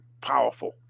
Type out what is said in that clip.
powerful